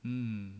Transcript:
mm